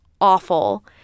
awful